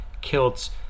kilts